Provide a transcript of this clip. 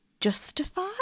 justify